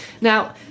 Now